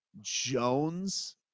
Jones